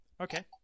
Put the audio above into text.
Okay